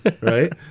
Right